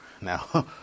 Now